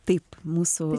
taip mūsų